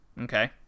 Okay